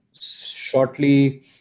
shortly